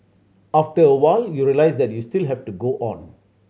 after a while you realise that you still have to go on